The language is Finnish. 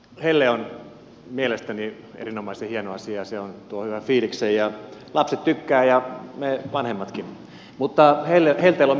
helle on mielestäni erinomaisen hieno asia ja se tuo hyvän fiiliksen ja lapset tykkäävät ja me vanhemmatkin mutta helteellä on myöskin huono vaikutuksensa